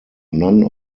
none